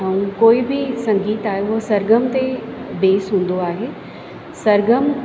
ऐं कोई बि संगीत आहे उहो सरगम ते बेस हूंदो आहे सरगम